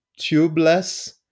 tubeless